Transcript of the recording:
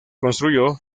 construyó